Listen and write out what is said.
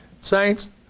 Saints